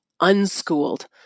unschooled